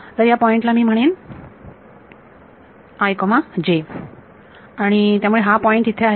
तर या पॉइंटला मी म्हणेन आणि त्यामुळे हा पॉईंट येथे आहे